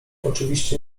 oczywiście